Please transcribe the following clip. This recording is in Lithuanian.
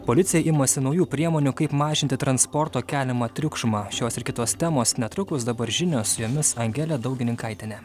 policija imasi naujų priemonių kaip mažinti transporto keliamą triukšmą šios ir kitos temos netrukus dabar žinios su jomis angelė daugininkaitienė